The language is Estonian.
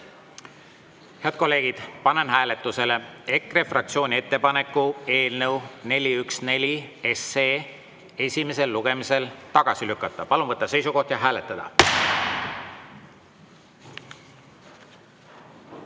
kolleegid, panen hääletusele EKRE fraktsiooni ettepaneku eelnõu 414 esimesel lugemisel tagasi lükata. Palun võtta seisukoht ja hääletada!